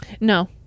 no